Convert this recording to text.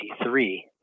1983